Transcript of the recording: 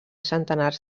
centenars